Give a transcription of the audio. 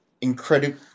incredible